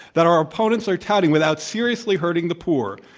that our opponents are touting without seriously hurting the poor.